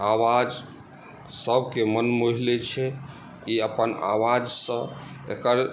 आवाज सभके मन मोहि लै छै ई अपन आवाजसँ एकर